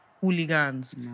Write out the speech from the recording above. hooligans